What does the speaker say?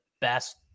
best